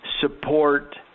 support